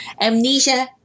Amnesia